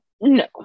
no